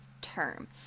term